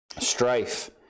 Strife